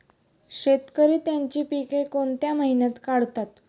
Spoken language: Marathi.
शेतकरी त्यांची पीके कोणत्या महिन्यात काढतात?